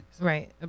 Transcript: right